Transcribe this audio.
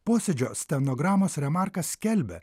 posėdžio stenogramos remarka skelbia